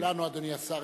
כולנו, אדוני השר.